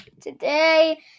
Today